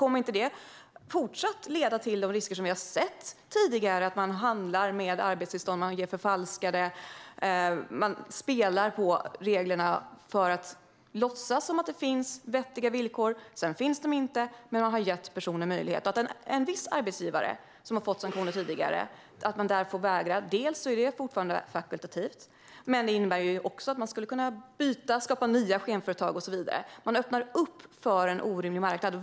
Kommer inte detta fortsatt att leda till de risker som vi har sett tidigare, nämligen att man handlar med arbetstillstånd och att man spelar på reglerna för att låtsas som att det finns vettiga villkor fast det inte gör det och man har gett personen möjlighet? För vissa arbetsgivare som har fått sanktioner tidigare går det att vägra. Dels är det fortfarande fakultativt, dels innebär detta att de skulle kunna byta, skapa nya skenföretag och så vidare. Detta öppnar upp för en orimlig marknad.